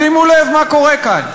שימו לב מה קורה כאן,